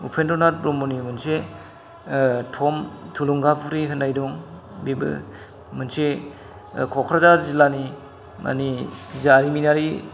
उपेन्द्रनाथ ब्रम्हनि मोनसे थम्ब थुलुंगाफुरि होननाय दं बेबो मोनसे क'क्राझार जिल्लानि माने जारिमिनारि